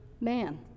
man